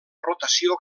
rotació